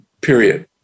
period